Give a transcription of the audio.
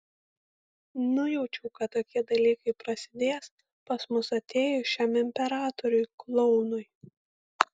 nujaučiau kad tokie dalykai prasidės pas mus atėjus šiam imperatoriui klounui